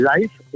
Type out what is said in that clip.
Life